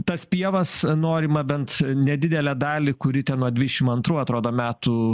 tas pievas norima bent nedidelę dalį kuri ten nuo dvidešimt antrų atrodo metų